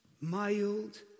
mild